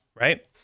right